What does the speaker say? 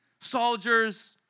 soldiers